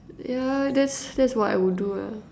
yeah that's that's what I will do lah